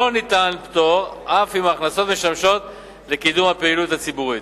לא ניתן פטור אף אם ההכנסות משמשות לקידום הפעילות הציבורית,